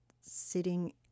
sitting